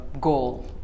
goal